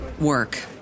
work